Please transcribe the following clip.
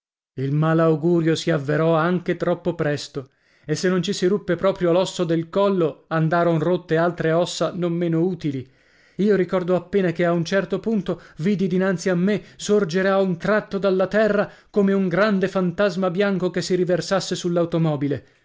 mal augurio si avverò anche troppo presto e se non ci si ruppe proprio l'osso del collo andaron rotte altre ossa non meno utili io ricordo appena che a un certo punto vidi dinanzi a me sorgere a un tratto dalla terra come un grande fantasma bianco che si riversasse